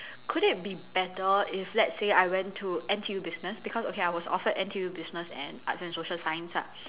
could it be better if let's say I went to N_T_U business because okay I was offered N_T_U business and arts and social science lah